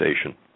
station